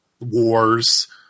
wars